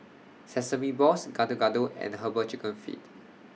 Sesame Balls Gado Gado and Herbal Chicken Feet